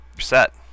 set